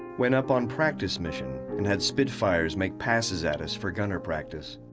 went up on practice mission and had spitfires make passes at us for gunner practice.